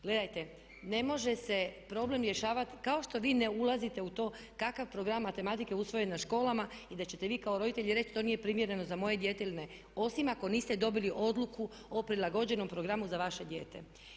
Gledajte, ne može se problem rješavati kao što vi ne ulazite u to kakav je program matematike je usvojen na školama i da ćete vi kao roditelji reći to nije primjereno za moje dijete ili ne, osim ako niste dobili odluku o prilagođenom programu za vaše dijete.